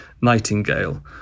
Nightingale